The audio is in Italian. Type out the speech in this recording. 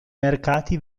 mercati